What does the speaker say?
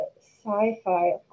sci-fi